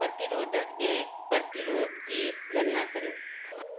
प्रतिरोधकु जे प्रतिरोधु जी गणना करियो